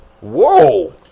Whoa